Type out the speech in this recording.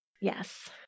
Yes